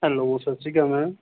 hello ਸਤਿ ਸ਼੍ਰੀ ਅਕਾਲ ਮੈਮ